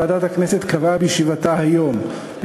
ועדת הכנסת קבעה בישיבתה היום,